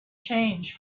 change